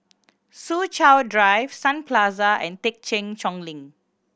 Soo Chow Drive Sun Plaza and Thekchen Choling